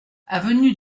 avenue